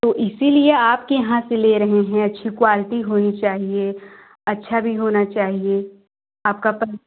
तो इसीलिए आपके यहाँ से ले रहे हैं अच्छी क्वाल्टी होनी चाहिए अच्छा भी होना चाहिए आपका प